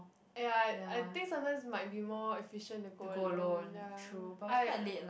ya I I think sometimes might be more efficient to go alone ya I